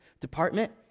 Department